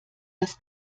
das